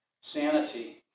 sanity